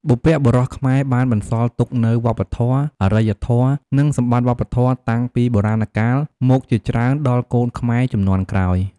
បុព្វបុរសខ្មែរបានបន្សល់ទុកនូវ វប្បធម៌ អរិយធម៌ និងសម្បត្តិវប្បធម៌តាំងពីបុរាណកាលមកជាច្រើនដល់កូនខ្មែរជំនាន់ក្រោយ។